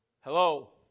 Hello